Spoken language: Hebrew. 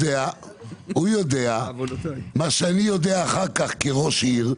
מה שאני יודע אחר כך כראש עיר.